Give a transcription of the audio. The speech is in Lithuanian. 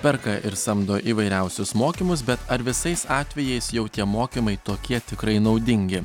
perka ir samdo įvairiausius mokymus bet ar visais atvejais jau tie mokymai tokie tikrai naudingi